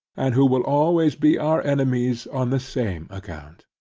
and who will always be our enemies on the same account.